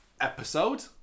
episode